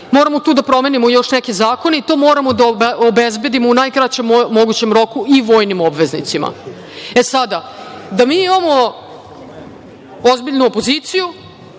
Moramo tu da promenimo još neke zakone i moramo to da obezbedimo u najkraćem mogućem roku i vojnim obveznicima.E, sada, da mi imamo ozbiljnu opoziciju,